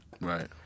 Right